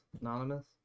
Anonymous